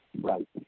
right